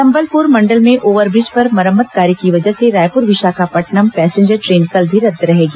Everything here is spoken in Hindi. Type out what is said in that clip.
संबलपुर मंडल में ओव्हरब्रिज पर मरम्मत कार्य की वजह से रायपुर विशाखापट्नम पैसेंजर ट्रेन कल भी रद्द रहेगी